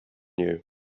you